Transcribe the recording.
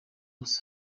zose